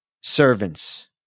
servants